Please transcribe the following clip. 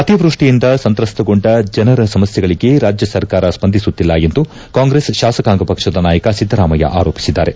ಅತಿವೃಷ್ಣಿಯಿಂದ ಸಂತ್ರಸ್ತಗೊಂಡ ಜನರ ಸಮಸ್ನೆಗಳಿಗೆ ರಾಜ್ಯ ಸರ್ಕಾರ ಸ್ವಂದಿಸುತ್ತಿಲ್ಲ ಎಂದು ಕಾಂಗ್ರೆಸ್ ಶಾಸಕಾಂಗ ಪಕ್ಷದ ನಾಯಕ ಸಿದ್ದರಾಮಯ್ಯ ಆರೋಪಿಸಿದ್ದಾರೆ